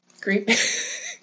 great